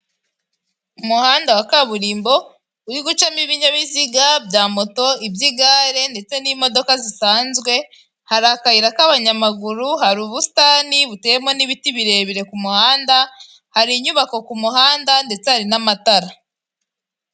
Umuhanda wa kaburimbo uri gucamo ibinyabiziga bya moto, iby'igare ndetse n'imodoka zisanzwe, hari akayira k'abanyamaguru, hari ubusitani buteyemo n'ibiti birebire ku muhanda, hari inyubako ku muhanda ndetse hari n'amatara.